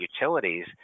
utilities